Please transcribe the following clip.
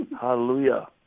Hallelujah